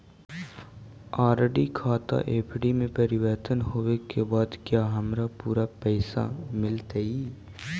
RD खाता FD में परिवर्तित होवे के बाद क्या हमारा पूरे पैसे मिलतई